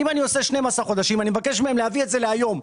אם אני עושה 12 חודשים אני מבקש מהם להביא את זה להיום.